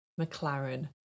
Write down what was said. McLaren